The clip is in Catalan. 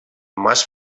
mans